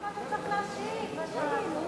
למה אתה צריך להשיב בשעה הזאת?